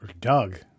Doug